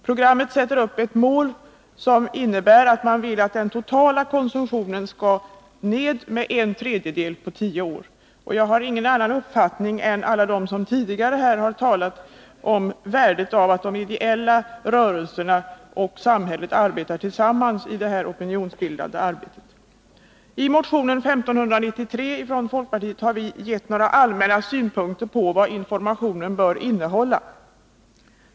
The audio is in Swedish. Vårt alkoholpolitiska program sätter upp som mål att den totala konsumtionen skall sänkas med en tredjedel på tio år. Jag har ingen annan uppfattning än alla dem som har talat tidigare i debatten om värdet av att de ideella rörelserna och samhället skall arbeta tillsammans i det opinionsbildande arbetet. I motion 1593 från folkpartiet har vi givit några allmänna synpunkter på vad informationen bör innehålla.